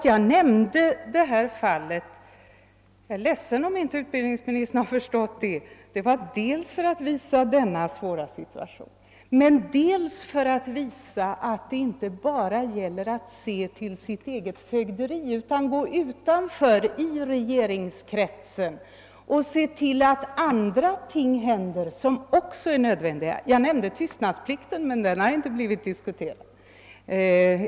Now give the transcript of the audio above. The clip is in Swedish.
Jag nämnde detta fall — och jag är ledsen om inte utbildningsministern har förstått det — dels för att åskådliggöra det svåra i situationen, dels för att visa att det inte bara gäller att se till sitt eget fögderi utan att man måste gå ut i regeringskretsen och verka för att andra ting händer som också är nödvändiga. Jag erinrade förut om förslaget beträffande tystnadsplikten.